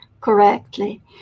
correctly